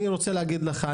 אני רוצה להגיד לך,